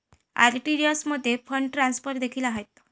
RTGS मध्ये fund transfer देखील आहेत